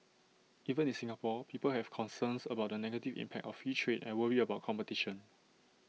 even in Singapore people have concerns about the negative impact of free trade and worry about competition